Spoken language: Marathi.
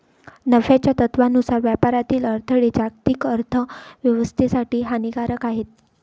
नफ्याच्या तत्त्वानुसार व्यापारातील अडथळे जागतिक अर्थ व्यवस्थेसाठी हानिकारक आहेत